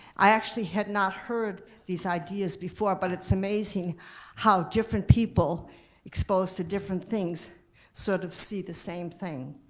i actually had not heard these ideas before but it's amazing how different people exposed to different things sort of see the same thing.